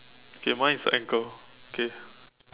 okay mine is a anchor okay